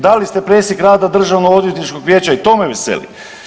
Dali ste presjek rada Državno odvjetničkog vijeća i to me veseli.